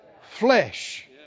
flesh